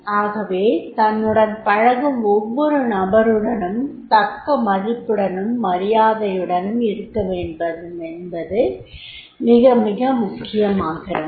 ஆகவே தன்னுடன் பழகும் ஒவ்வொரு நபருடனும் தக்க மதிப்புடனும் மரியாதையுடனும் இருக்கவேண்டுமென்பது மிக மிக முக்கியமாகிறது